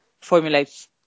formulates